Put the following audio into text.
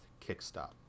kickstop